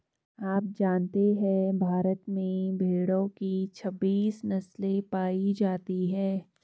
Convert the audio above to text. आप जानते है भारत में भेड़ो की छब्बीस नस्ले पायी जाती है